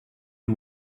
you